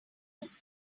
his